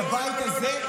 את הבית הזה,